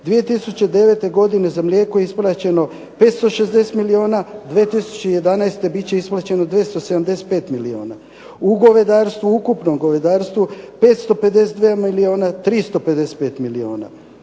2009. godine za mlijeko isplaćeno 560 milijuna, 2011. biti će isplaćeno 275 milijuna. U govedarstvu, ukupno u govedarstvu 552 milijuna, 355 milijuna.